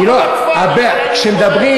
למה בכפר?